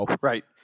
Right